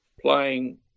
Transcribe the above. playing